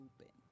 open